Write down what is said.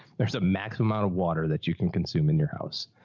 there's a maximum amount of water that you can consume in your house.